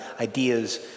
ideas